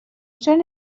چرا